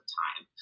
time